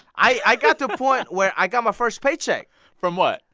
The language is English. i i got to a point where i got my first paycheck from what?